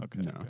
Okay